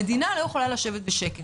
המדינה לא יכולה לשבת בשקט.